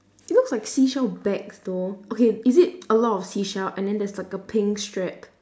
it looks likes seashell bag though okay is it a lot of seashell and then there's like a pink strap